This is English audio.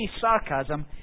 sarcasm